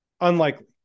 unlikely